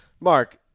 Mark